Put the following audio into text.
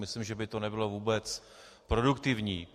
Myslím, že by to nebylo vůbec produktivní.